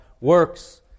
works